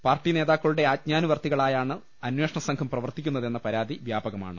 party നേതാ ക്കളുടെ ആജ്ഞാനുവർത്തികളായാണ് അന്വേഷണ സംഘം പ്രവർത്തിക്കുന്നതെന്ന പരാതി വ്യാപകമാണ്